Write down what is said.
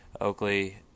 oakley